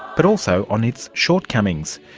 but also on its shortcomings.